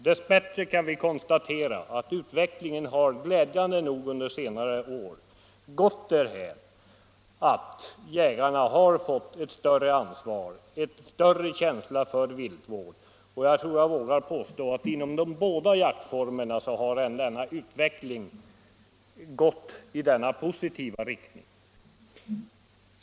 Dess bättre kan vi konstatera att utveck lingen glädjande nog under senare år har gått därhän, att jägarna har fått ett större ansvar och en bättre känsla för viltvård. Jag tror att jag vågar påstå att inom båda jaktformerna har denna utveckling gått i en positiv riktning.